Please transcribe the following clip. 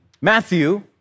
Matthew